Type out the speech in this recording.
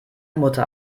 mutter